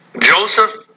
Joseph